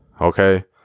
Okay